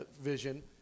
vision